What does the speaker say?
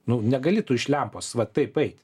nu negali tu iš lempos va taip eit